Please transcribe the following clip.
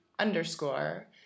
Underscore